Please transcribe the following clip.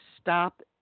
stop